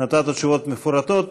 נתת תשובות מפורטות.